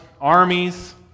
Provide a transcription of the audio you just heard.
armies